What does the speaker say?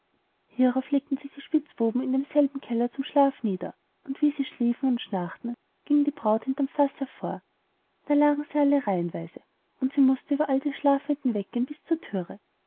hierauf legten sich die spitzbuben in demselben keller zum schlaf nieder und wie sie schliefen und schnarchten ging die braut hinterm faß hervor da lagen sie alle reihenweise und sie mußte über all die schlafenden weggehen bis zur thüre